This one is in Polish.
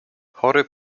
chory